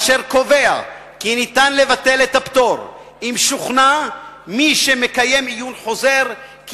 אשר קובע כי ניתן לבטל את הפטור אם שוכנע מי שמקיים עיון חוזר כי